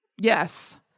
Yes